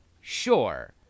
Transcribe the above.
sure